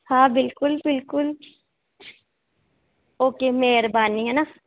हा बिल्कुलु बिल्कुलु ओके महिरबानी हे न